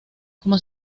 como